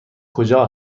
کجا